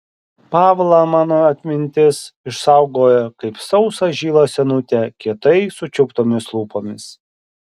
pavlą mano atmintis išsaugojo kaip sausą žilą senutę kietai sučiauptomis lūpomis